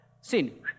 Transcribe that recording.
sin